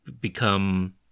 become